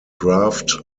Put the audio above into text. draft